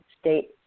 state